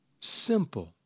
simple